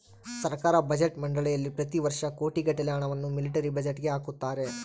ಸರ್ಕಾರ ಬಜೆಟ್ ಮಂಡಳಿಯಲ್ಲಿ ಪ್ರತಿ ವರ್ಷ ಕೋಟಿಗಟ್ಟಲೆ ಹಣವನ್ನು ಮಿಲಿಟರಿ ಬಜೆಟ್ಗೆ ಹಾಕುತ್ತಾರೆ